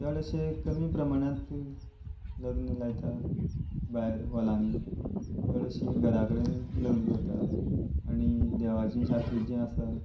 चड अशे कमी प्रमाणांत लग्न लायता भायर हॉलांनी चड अशी घरा कडेन लग्न करतात आनी देवाचें शास्त्र जीं आसात